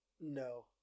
No